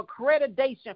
accreditation